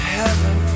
heaven